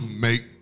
make